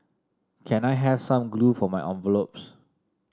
can I has some glue for my envelopes